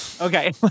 Okay